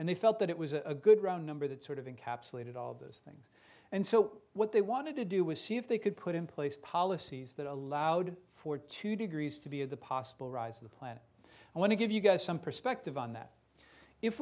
and they felt that it was a good round number that sort of encapsulated all of those things and so what they wanted to do was see if they could put in place policies that allowed for two degrees to be of the possible rise of the planet i want to give you guys some perspective on that if